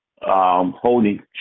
Holding